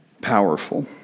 powerful